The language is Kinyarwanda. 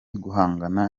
guhangana